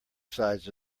sides